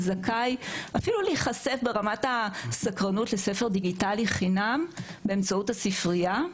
זכאי אפילו להיחשף ברמת הסקרנות לספר דיגיטלי חינם באמצעות הספרייה.